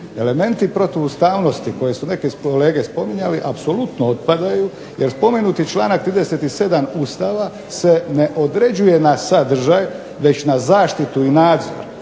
Elementi protuustavnosti koje su neki kolege spominjali apsolutno otpadaju jer spomenuti članak 37. Ustava se ne određuje na sadržaj već na zaštitu i nadzor.